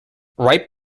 right